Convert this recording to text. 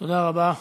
תודה רבה.